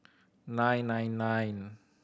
nine nine nine